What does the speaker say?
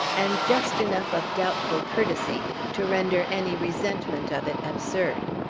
and just enough of doubtful courtesy to render any resentment of it absurd.